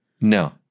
No